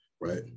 right